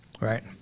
right